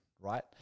right